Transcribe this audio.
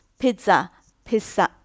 pizza，pizza，